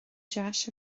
deis